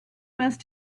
must